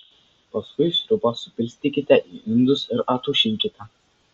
paskui sriubą supilstykite į indus ir ataušinkite